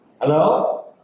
Hello